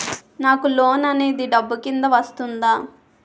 నాకు లోన్ అనేది డబ్బు కిందా వస్తుందా?